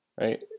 right